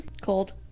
Cold